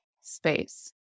space